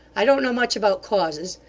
i don't know much about causes.